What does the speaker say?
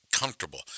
comfortable